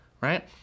right